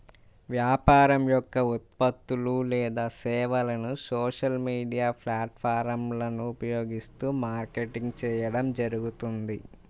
వ్యాపారం యొక్క ఉత్పత్తులు లేదా సేవలను సోషల్ మీడియా ప్లాట్ఫారమ్లను ఉపయోగిస్తూ మార్కెటింగ్ చేయడం జరుగుతుంది